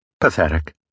Pathetic